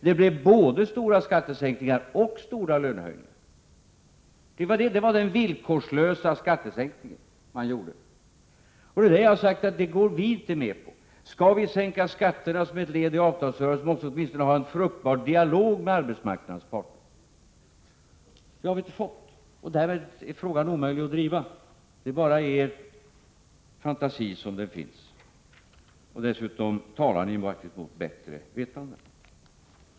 Det blev både stora skattesänkningar och stora lönehöjningar. Det var den villkorslösa skattesänkningen man gjorde. Jag har sagt att det går vi inte med på. Skall vi sänka skatterna som ett led i avtalsrörelsen, måste vi åtminstone hä en fruktbar dialog med arbetsmarknadens parter. Det har vi inte fått, och därmed är frågan omöjlig att driva. Det är bara i er fantasi som den finns, och dessutom talar ni faktiskt mot bättre vetande.